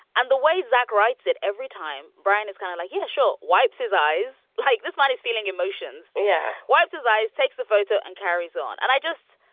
and the way zach writes it every time. brian, it's kind of like, yeah, sure wipes his eyes. like this man is feeling emotions. yeah. wipes his eyes, takes a photo and carries on. and i just.